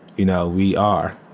you know, we are.